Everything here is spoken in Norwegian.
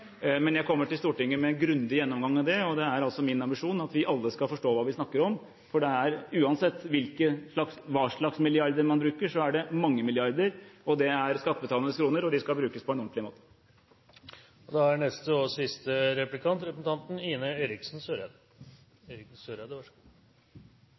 Jeg kommer imidlertid til Stortinget med en grundig gjennomgang av det, og det er altså min ambisjon at vi alle skal forstå hva vi snakker om, for uansett hva slags milliarder man bruker, er det mange milliarder. Det er skattebetalernes kroner, og de skal brukes på en ordentlig måte.